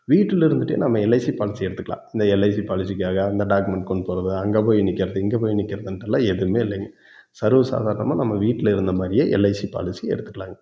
வீட்டில் இருந்துகிட்டே நம்ம எல்ஐசி பாலிசி எடுத்துக்கலாம் இந்த எல்ஐசி பாலிசிக்காக அந்த டாக்குமெண்ட் கொண்டு போகிறது அங்கே போய் நிற்கிறது இங்கே போய் நிற்கிறதுண்டுலாம் எதுவுமே இல்லைங்க சர்வ சாதாரணமாக நம்ம வீட்டில் இருந்த மாதிரியே எல்ஐசி பாலிசி எடுத்துக்கலாங்க